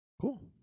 Cool